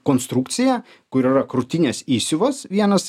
konstrukcija kur yra krūtinės įsiuvas vienas